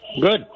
Good